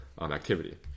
activity